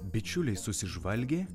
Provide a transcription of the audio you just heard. bičiuliai susižvalgė